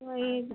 वही